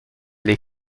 les